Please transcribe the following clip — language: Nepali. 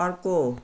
अर्को